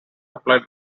applied